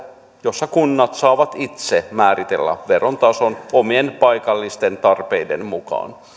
jossa kunnat saavat itse määritellä veron tason omien paikallisten tarpeiden mukaan